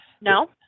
no